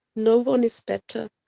no one is better.